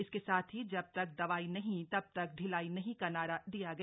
इसके साथ ही जब तक दवाई नहीं तब तक ढिलाई नहीं का नारा दिया गया